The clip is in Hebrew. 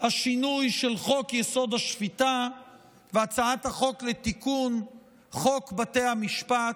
השינוי של חוק-יסוד: השפיטה והצעת החוק לתיקון חוק בתי המשפט,